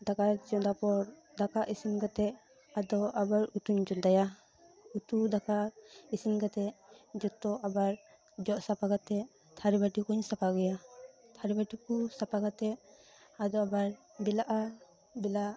ᱫᱟᱠᱟ ᱪᱚᱸᱫᱟ ᱯᱚᱨ ᱫᱟᱠᱟ ᱤᱥᱤᱱ ᱠᱟᱛᱮᱫ ᱟᱫᱚ ᱟᱵᱟᱨ ᱩᱛᱩᱧ ᱪᱚᱸᱫᱟᱭᱟ ᱩᱛᱩ ᱫᱟᱠᱟ ᱤᱥᱤᱱ ᱠᱟᱛᱮᱫ ᱡᱚᱛᱚ ᱟᱵᱟᱨ ᱡᱚᱜ ᱥᱟᱯᱷᱟ ᱠᱟᱛᱮᱫ ᱛᱷᱟᱹᱨᱤ ᱵᱟᱹᱴᱤ ᱠᱚᱧ ᱥᱟᱯᱷᱟ ᱟᱹᱜᱩᱭᱟ ᱛᱷᱟᱹᱨᱤ ᱵᱟᱹᱴᱤ ᱠᱚ ᱥᱟᱯᱷᱟ ᱠᱟᱛᱮᱫ ᱟᱫᱚ ᱟᱵᱟᱨ ᱵᱮᱞᱟᱜᱼᱟ ᱵᱮᱞᱟ